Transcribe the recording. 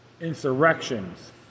insurrections